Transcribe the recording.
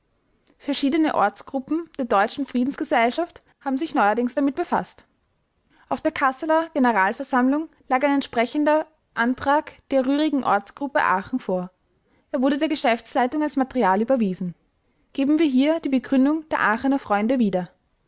verschiedene ortsgruppen der deutschen friedensgesellschaft haben sich neuerdings damit befaßt auf der casseler generalversammlung lag ein entsprechender antrag der rührigen ortsgruppe aachen vor er wurde der geschäftsleitung als material überwiesen geben wir hier die begründung der aachener freunde wieder